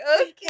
okay